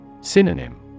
Synonym